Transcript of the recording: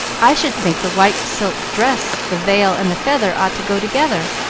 i should think the white silk dress, the veil, and the feather ought to go together,